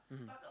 mmhmm